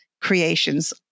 creations